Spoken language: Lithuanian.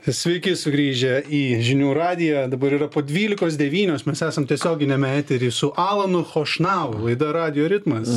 sveiki sugrįžę į žinių radiją dabar yra po dvylikos devynios mes esam tiesioginiame etery su alanu chošnau laida radijo ritmas